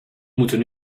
moeten